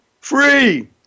free